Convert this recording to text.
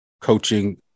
coaching